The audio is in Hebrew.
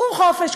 קחו חופש,